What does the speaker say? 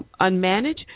unmanaged